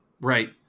right